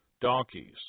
donkeys